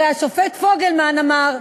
הרי השופט פוגלמן אמר: